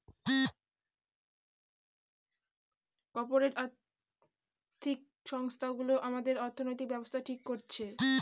corporate আর্থিক সংস্থানগুলো আমাদের অর্থনৈতিক ব্যাবস্থা ঠিক করছে